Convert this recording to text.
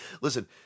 Listen